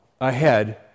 ahead